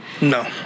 No